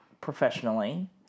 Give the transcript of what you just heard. professionally